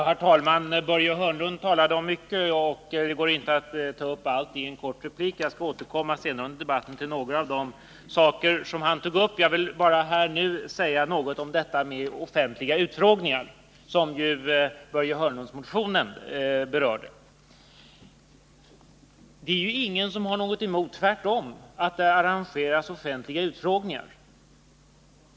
Herr talman! Börje Hörnlund talade om mycket, och det går inte att ta upp allt i en kort replik. Jag skall senare under debatten återkomma till några av de saker som han tog upp. Jag vill nu bara säga något om detta med offentliga utfrågningar. Ingen har något emot att det arrangeras offentliga utfrågningar.